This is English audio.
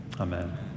Amen